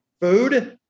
Food